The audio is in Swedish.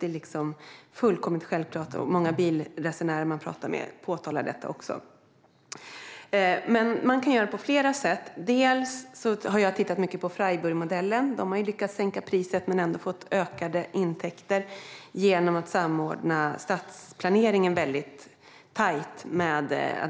Det är något som många bilresenärer också påpekar. Man kan göra det på flera sätt. Jag har tittat mycket på Freiburgmodellen. Där har de lyckats sänka priset men ändå fått ökade intäkter genom att samordna stadsplaneringen tajt.